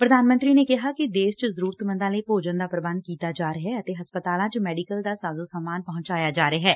ਪ੍ਰਧਾਨ ਮੰਤਰੀ ਨੇ ਕਿਹਾ ਕਿ ਦੇਸ਼ 'ਚ ਜਰੁਰਤਮੰਦਾਂ ਲਈ ਭੋਜਨ ਦਾ ਪ੍ਰਬੰਧ ਕੀਤਾ ਜਾ ਰਿਹੈ ਅਤੇ ਹਸਪਤਾਲਾਂ 'ਚ ਮੈਡੀਕਲ ਦਾ ਸਾਜ ਸਮਾਨ ਪਹੁੰਚਾਇਆ ਜਾ ਰਿਹੈ